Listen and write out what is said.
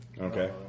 Okay